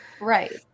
Right